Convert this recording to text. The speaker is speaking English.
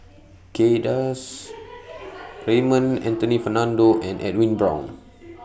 Kay Das Raymond Anthony Fernando and Edwin Brown